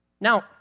Now